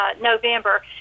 November